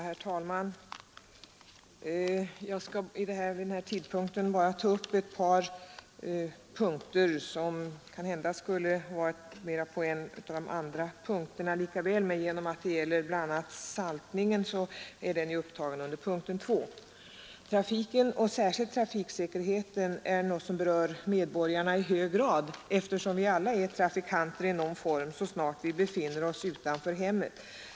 Herr talman! Jag skall bara ta upp ett par punkter, som kanske likaväl hade kunnat behandlas under någon av de andra punkterna i utskottets betänkande. En av de frågor jag ämnar beröra är emellertid saltspridningen på vägarna, och den behandlas i betänkandet under punkten 2. Trafiken och särskilt trafiksäkerheten är något som i hög grad berör medborgarna, eftersom vi alla är trafikanter så snart vi befinner oss utanför hemmet.